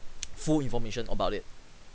full information about it